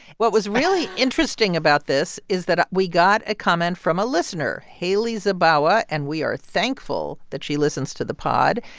what was really interesting about this is that we got a comment from a listener, haley zabawa. and we are thankful that she listens to the pod.